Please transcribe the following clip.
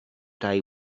day